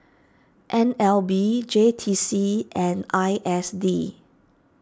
N L B J T C and I S D